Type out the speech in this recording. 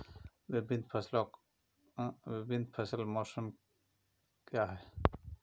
विभिन्न फसल मौसम क्या हैं?